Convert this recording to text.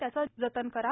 त्याचं जतन करा